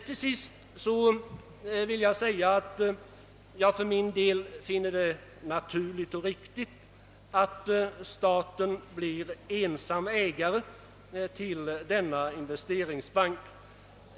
Till sist vill jag säga, att jag finner det naturligt och riktigt att staten blir ensam ägare till denna inevsteringsbank.